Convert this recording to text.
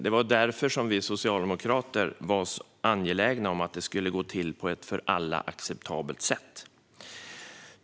Det var därför vi socialdemokrater var angelägna om att detta skulle gå till på ett för alla acceptabelt sätt.